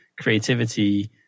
creativity